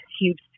huge